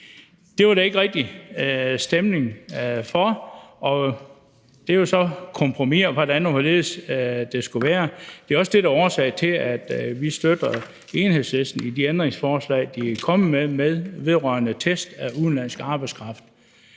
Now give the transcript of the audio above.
Det var der ikke rigtig stemning for, og der var så nogle kompromiser, med hensyn til hvordan og hvorledes det skulle være. Det er også det, der er årsag til, at vi støtter Enhedslisten i de ændringsforslag, de er kommet med, vedrørende test af udenlandsk arbejdskraft.